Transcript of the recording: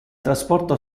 trasporto